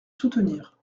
soutenir